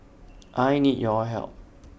I need your help